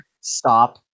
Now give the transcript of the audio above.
stop